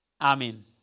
Amen